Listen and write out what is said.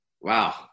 Wow